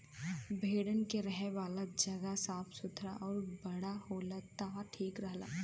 भेड़न के रहे वाला जगह साफ़ सुथरा आउर बड़ा होला त ठीक रहला